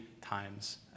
times